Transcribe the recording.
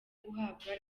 guhabwa